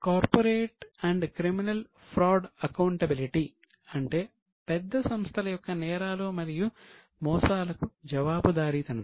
corporate and criminal fraud accountability అంటే పెద్ద సంస్థల యొక్క నేరాలు మరియు మోసాలకు జవాబుదారీతనం